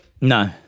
No